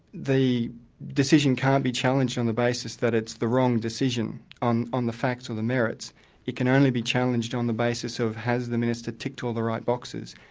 the decision can't be challenged on the basis that it's the wrong decision on on the facts or the merits it can only be challenged on the basis of has the minister ticked all the right boxes.